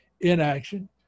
inaction